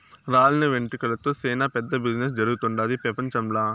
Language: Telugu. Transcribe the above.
రాలిన వెంట్రుకలతో సేనా పెద్ద బిజినెస్ జరుగుతుండాది పెపంచంల